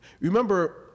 remember